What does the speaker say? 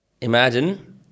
Imagine